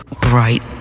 bright